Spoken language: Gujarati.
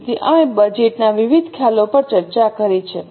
તેથી અમે બજેટના વિવિધ ખ્યાલો પર ચર્ચા કરી છે